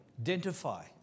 identify